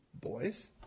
boys